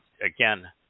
again